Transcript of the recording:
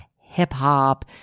hip-hop